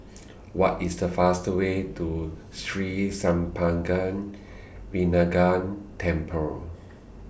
What IS The fast Way to Sri Senpaga Vinayagar Temple